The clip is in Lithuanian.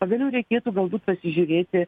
pagaliau reikėtų galbūt pasižiūrėti